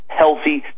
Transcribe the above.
healthy